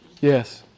Yes